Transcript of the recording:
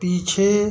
पीछे